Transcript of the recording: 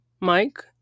Mike